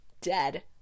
Dead